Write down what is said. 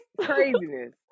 Craziness